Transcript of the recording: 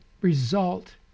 result